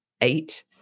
eight